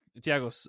tiago